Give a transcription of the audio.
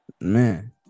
Man